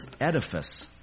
edifice